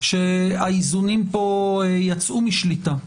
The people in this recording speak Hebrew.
שהאיזונים פה יצאו משליטה,